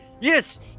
Yes